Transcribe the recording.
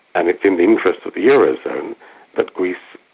and it's in the interests of the eurozone that greece